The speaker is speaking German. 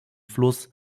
fluss